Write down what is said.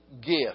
gift